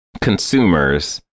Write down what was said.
consumers